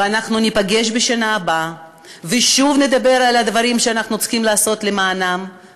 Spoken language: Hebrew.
ואנחנו ניפגש בשנה הבאה ושוב נדבר על הדברים שאנחנו צריכים לעשות למענם.